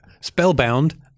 Spellbound